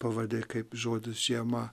pavardė kaip žodis žiema